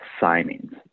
signings